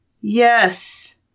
Yes